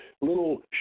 little